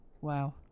Wow